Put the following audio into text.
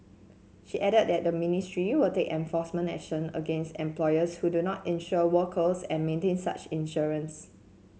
she added that the ministry will take enforcement action against employers who do not insure workers and maintain such insurance